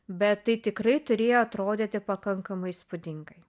bet tai tikrai turėjo atrodyti pakankamai įspūdingai